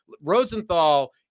Rosenthal